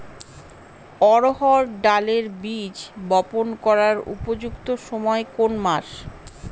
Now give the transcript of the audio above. অড়হড় ডালের বীজ বপন করার উপযুক্ত সময় কোন কোন মাস?